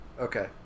okay